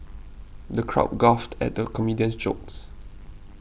the crowd guffawed at the comedian's jokes